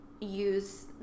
use